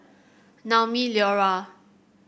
Naumi Liora